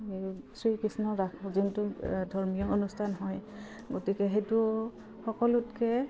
এই শ্ৰীকৃষ্ণ ৰাস যোনটো ধৰ্মীয় অনুষ্ঠান হয় গতিকে সেইটো সকলোতকৈ